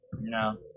No